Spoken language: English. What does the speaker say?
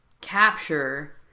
capture